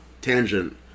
tangent